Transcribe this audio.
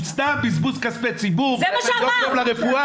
הוא סתם בזבוז כספי ציבור- -- זה מה שאת אמרת.